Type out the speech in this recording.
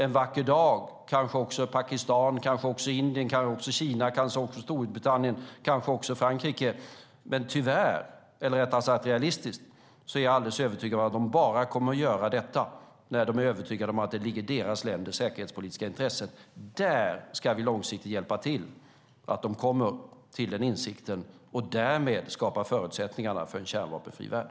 En vacker dag gör kanske också Pakistan, Indien, Kina, Storbritannien och Frankrike det. Som realist är jag dock alldeles övertygad om att de bara kommer att göra det när de är övertygade om att det ligger i det egna landets säkerhetspolitiska intresse. Här ska vi långsiktigt hjälpa till så att de kommer till denna insikt och därmed skapa förutsättningarna för en kärnvapenfri värld.